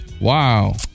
Wow